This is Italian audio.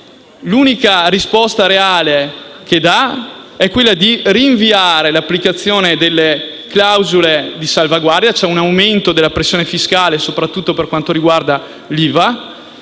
l'unica risposta reale che dà è quella di rinviare l'applicazione delle clausole di salvaguardia, cioè un aumento della pressione fiscale, soprattutto per quanto riguarda l'IVA;